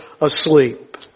asleep